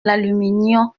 l’aluminium